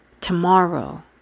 tomorrow